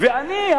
ואני,